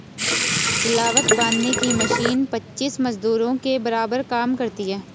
लावक बांधने की मशीन पच्चीस मजदूरों के बराबर काम करती है